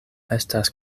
estas